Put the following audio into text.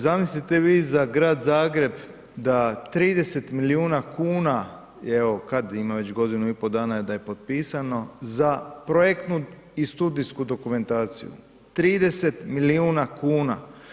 Zamislite vi za grad Zagreb da 30 milijuna kuna je evo kad, ima već godinu i pol dana da je potpisano, za projektnu i studijsku dokumentaciju, 30 milijuna kuna.